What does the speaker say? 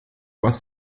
was